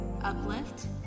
uplift